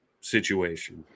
situation